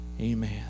Amen